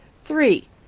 Three